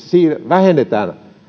vähennetään